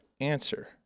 answer